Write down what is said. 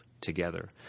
together